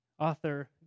author